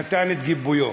נתן את גיבויו.